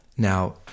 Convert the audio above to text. Now